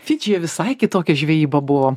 fidžyje visai kitokia žvejyba buvo